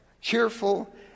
cheerful